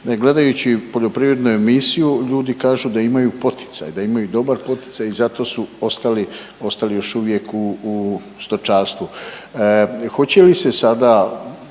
gledajući poljoprivrednu emisiju ljudi kažu da imaju poticaj, da imaju dobar poticaj i zato su ostali, ostali još uvijek u, u stočarstvu.